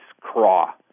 craw